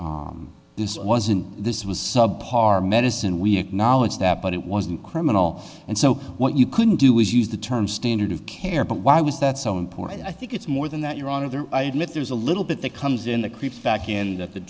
this wasn't this was sub par medicine we acknowledge that but it wasn't criminal and so what you couldn't do is use the term standard of care but why was that so important i think it's more than that your honor there i admit there's a little bit that comes in the creeps back in the